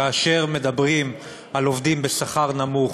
כאשר מדברים על עובדים בשכר נמוך,